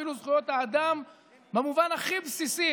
אפילו זכויות האדם במובן הכי בסיסי,